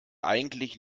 eigentlich